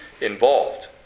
involved